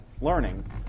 learning